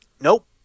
Nope